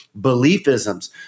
beliefisms